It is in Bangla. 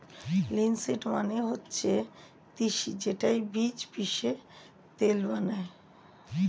লিনসিড মানে হচ্ছে তিসি যেইটার বীজ পিষে তেল বানায়